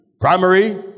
Primary